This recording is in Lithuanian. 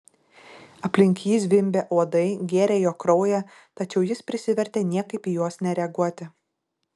aplink jį zvimbė uodai gėrė jo kraują tačiau jis prisivertė niekaip į juos nereaguoti